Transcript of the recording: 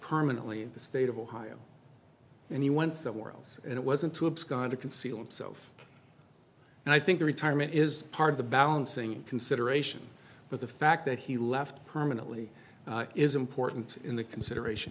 permanently in the state of ohio and he went somewhere else and it wasn't to abscond to conceal himself and i think the retirement is part of the balancing consideration but the fact that he left permanently is important in the consideration